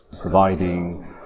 providing